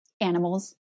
Animals